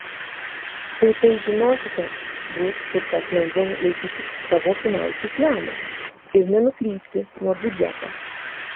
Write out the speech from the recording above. kai tai žinosite bus kur kas lengviau laikytis savo finansų plano ir nenukrypti nuo biudžeto